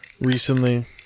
recently